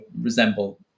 resemble